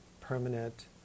permanent